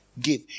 Give